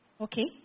Okay